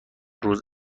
روز